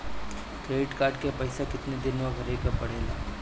Credit card के पइसा कितना दिन में भरे के पड़ेला?